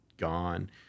gone